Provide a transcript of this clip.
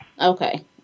Okay